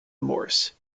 morse